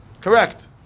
correct